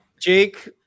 jake